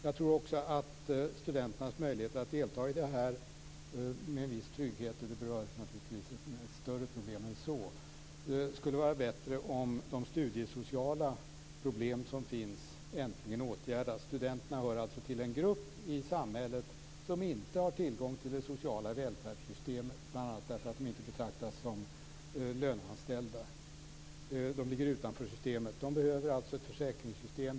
Jag tror också att studenternas möjligheter att delta skulle ge en viss trygghet, men det handlar naturligtvis om ett större problem än så. Det skulle vara bättre om de studiesociala problem som finns äntligen åtgärdades. Studenterna hör alltså till den grupp i samhället som inte har tillgång till det sociala välfärdssystemet, bl.a. därför att de inte betraktas som löneanställda. De ligger utanför systemet. De behöver alltså ett försäkringssystem.